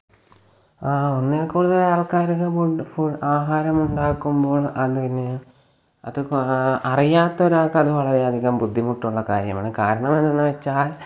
ആ ഒന്നിൽ കൂടുതലാൾക്കാർക്കു ഫുഡ്ഡ് ഫു ആഹാരം ഉണ്ടാക്കുമ്പോൾ അതിന് അത് കൊ അറിയാത്തൊരാൾക്കത് വളരെയധികം ബുദ്ധിമുട്ടുള്ള കാര്യമാണ് കാരണമെന്തെന്നു വെച്ചാൽ